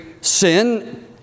sin